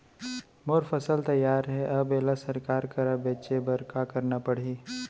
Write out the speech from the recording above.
मोर फसल तैयार हे अब येला सरकार करा बेचे बर का करना पड़ही?